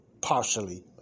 partially